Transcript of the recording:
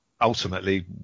ultimately